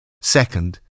Second